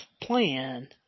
plan